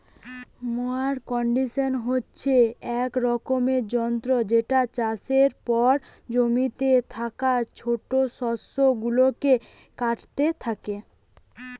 mower condition হচ্ছে এক রকমের যন্ত্র যেটা চাষের পর জমিতে থাকা ছোট শস্য গুলাকে কাটতে থাকে